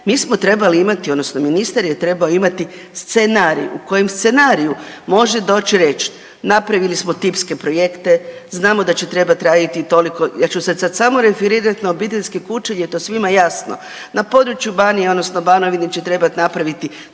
mi smo trebali imati, odnosno ministar je trebao imati scenarij u kojem scenariju može doći i reći, napravili smo tipske projekte, znamo da će trebati raditi toliko, ja ću se sad referirati na obiteljske kuće jer je to svima jasno. Na području Banije odnosno Banovine će trebati napraviti